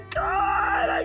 god